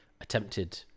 attempted